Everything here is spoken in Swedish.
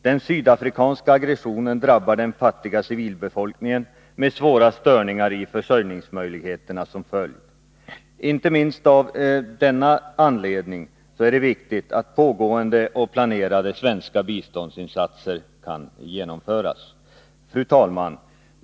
Den sydafrikanska aggressionen drabbar den fattiga civilbefolkningen med svåra störningar i försörjningsmöjligheterna som följd. Inte minst av denna anledning är det viktigt att pågående och planerade svenska biståndsinsatser kan genomföras. Fru talman!